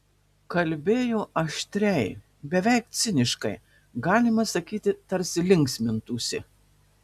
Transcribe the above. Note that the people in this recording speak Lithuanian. kalbėjo aštriai beveik ciniškai galima sakyti tarsi linksmintųsi